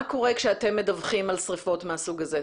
מה קורה כשאתם מדווחים על שריפות מהסוג הזה,